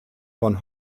von